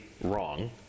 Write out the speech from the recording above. wrong